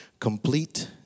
complete